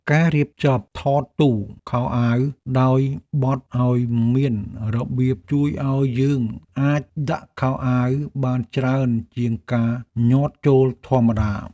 ការរៀបចំថតទូខោអាវដោយបត់ឱ្យមានរបៀបជួយឱ្យយើងអាចដាក់ខោអាវបានច្រើនជាងការញាត់ចូលធម្មតា។